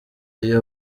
iyo